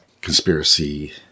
conspiracy